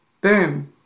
Boom